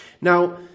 Now